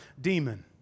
demon